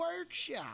workshop